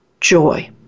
joy